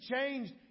changed